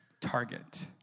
target